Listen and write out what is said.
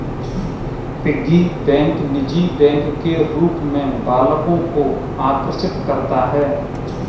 piggy bank निजी bank के रूप में बालकों को आकर्षित करता है